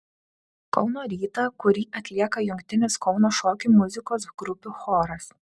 kauno rytą kurį atlieka jungtinis kauno šokių muzikos grupių choras